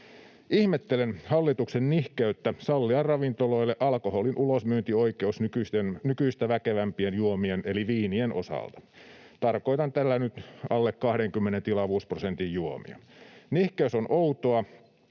Ihmettelen hallituksen nihkeyttä sallia ravintoloille alkoholin ulosmyyntioikeus nykyistä väkevämpien juomien eli viinien osalta. Tarkoitan tällä nyt alle 20 tilavuusprosentin juomia. Nihkeys on outoa,